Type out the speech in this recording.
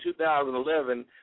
2011